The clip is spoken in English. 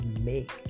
make